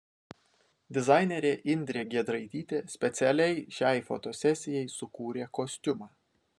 dizainerė indrė giedraitytė specialiai šiai fotosesijai sukūrė kostiumą